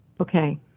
Okay